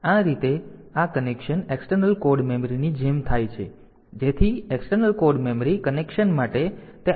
આ રીતે આ કનેક્શન એક્સટર્નલ કોડ મેમરીની જેમ થાય છે જેથી એક્સટર્નલ કોડ મેમરી કનેક્શન માટે તે આપણને પોર્ટ 2